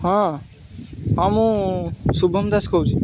ହଁ ହଁ ମୁଁ ଶୁଭମ ଦାସ କହୁଛି